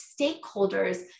stakeholders